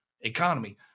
economy